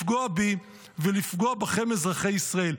לפגוע בי ולפגוע בכם, אזרחי ישראל.